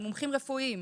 על מומחים רפואיים.